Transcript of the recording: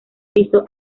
piso